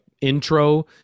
intro